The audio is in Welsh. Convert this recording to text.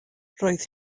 roedd